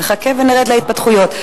נחכה ונראה את ההתפתחויות.